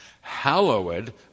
hallowed